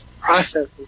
processes